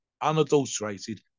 unadulterated